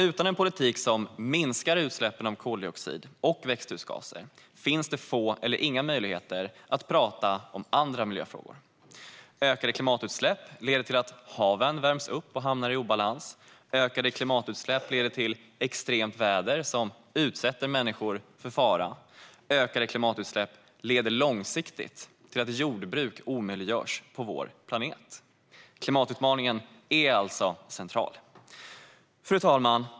Utan en politik som minskar utsläppen av koldioxid och växthusgaser finns det nämligen få eller inga möjligheter att prata om andra miljöfrågor. Ökade klimatutsläpp leder till att haven värms upp och hamnar i obalans. Ökade klimatutsläpp leder till extremt väder som utsätter människor för fara. Ökade klimatutsläpp leder långsiktigt till att jordbruk omöjliggörs på vår planet. Klimatutmaningen är alltså central. Fru talman!